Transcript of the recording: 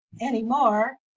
anymore